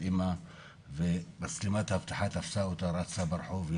אימה ומצלמת האבטחה תפסה אותה רצה ברחוב,